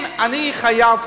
אם אני חייב,